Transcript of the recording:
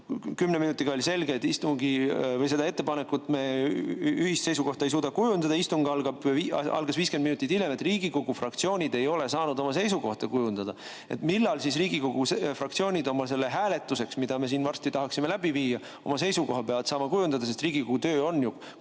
kümne minutiga oli selge, et selle ettepaneku suhtes me ühist seisukohta ei suuda kujundada. Istung algas 50 minutit hiljem. Riigikogu fraktsioonid ei ole saanud oma seisukohta kujundada. Millal siis Riigikogu fraktsioonid hääletuseks, mida me siin varsti tahame läbi viia, oma seisukoha peavad saama kujundada, sest Riigikogu töös on ju